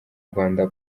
rwanda